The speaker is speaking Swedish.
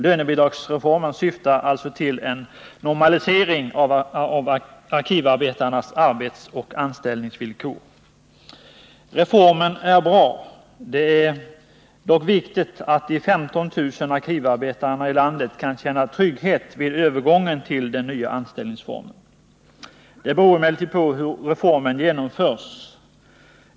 Lönebidragsreformen syftar alltså till en normalisering av arkivarbetarnas arbetsoch anställningsvillkor. Reformen är bra. Det är viktigt att de 15 000 arkivarbetarna i landet kan känna trygghet vid övergången till den nya anställningsformen. Det beror helt på hur reformen genomförs.